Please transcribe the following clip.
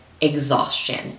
Exhaustion